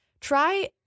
Try